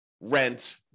rent